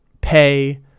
pay